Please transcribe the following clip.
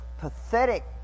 pathetic